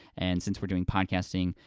and since we're doing podcasting,